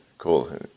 cool